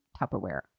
Tupperware